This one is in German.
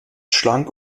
schlank